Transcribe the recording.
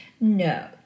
No